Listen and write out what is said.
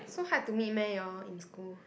so hard to meet meh you all in school